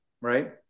right